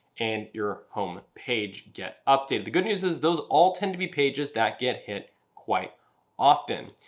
and your home page get updated. the good news is those all tend to be pages that get hit quite often.